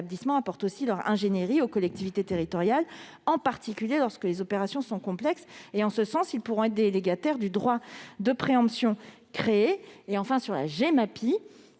apportent aussi leur ingénierie aux collectivités territoriales, en particulier lorsque les opérations sont complexes. En ce sens, ils pourront être délégataires du droit de préemption créé. Pour ce qui